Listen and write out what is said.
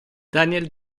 daniel